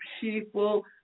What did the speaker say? people